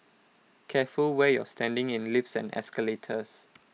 careful where you're standing in lifts and escalators